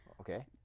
Okay